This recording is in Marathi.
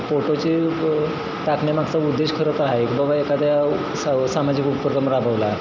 फोटोची टाकण्यामागचा उद्देश करत आहे एक बाबा एखाद्या सा सामाजिक उपक्रम राबवला